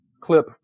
clip